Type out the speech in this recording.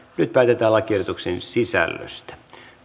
nyt päätetään lakiehdotuksen sisällöstä